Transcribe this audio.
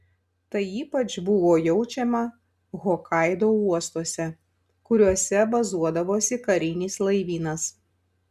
tai ypač buvo jaučiama hokaido uostuose kuriuose bazuodavosi karinis laivynas